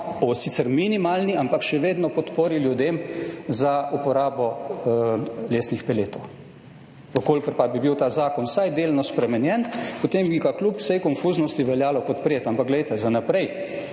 sicer minimalni, ampak še vedno podpori ljudem za uporabo lesnih peletov. V kolikor pa bi bil ta zakon vsaj delno spremenjen, potem bi ga kljub vsej konfuznosti veljalo podpreti. Ampak glejte, za naprej,